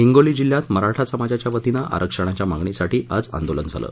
हिंगोली जिल्ह्यात मराठा समाजाच्या वतीनं आरक्षणाच्या मागणीसाठी आज आंदोलन झालं